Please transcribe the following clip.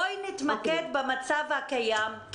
בואי נתמקד במצב הקיים,